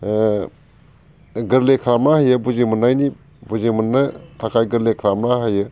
गोरलै खालामना होयो बुजिमोननायनि बुजिमोननो थाखाय गोरलै खालामना होयो